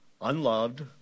unloved